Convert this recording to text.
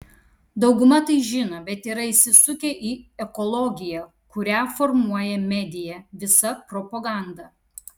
dauguma tai žino bet yra įsisukę į ekologiją kurią formuoja medija visa propaganda